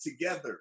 together